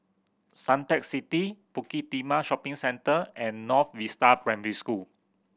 Suntec City Bukit Timah Shopping Centre and North Vista Primary School